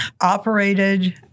operated